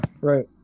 right